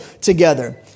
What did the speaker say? together